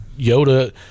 yoda